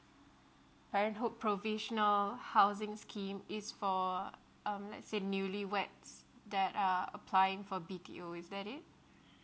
parenthood provisional housing scheme is for um let's say newlyweds that are applying for B_T_O is that it